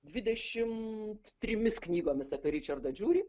dvidešimt trimis knygomis apie ričardą džiurį